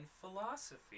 philosophy